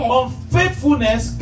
unfaithfulness